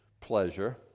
pleasure